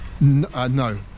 no